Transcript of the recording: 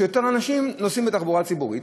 שיותר אנשים נוסעים בתחבורה ציבורית.